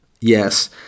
Yes